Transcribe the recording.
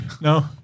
No